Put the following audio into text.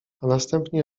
następnie